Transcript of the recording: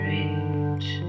Reach